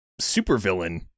supervillain